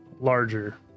larger